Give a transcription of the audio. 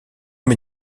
mes